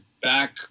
back